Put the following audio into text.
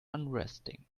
unresting